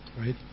right